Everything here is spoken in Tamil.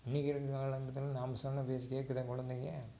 இன்றைக்கி இருக்கிற காலக்கட்டத்தில் நாம் சொன்ன பேச்சு கேட்குதா கொழந்தைங்க